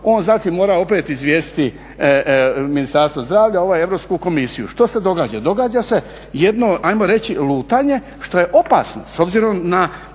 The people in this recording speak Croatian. on znači mora opet izvijestiti Ministarstvo zdravlja a ovaj Europsku komisiju. Što se događa? Događa se jedno ajmo reći lutanje što je opasno s obzirom na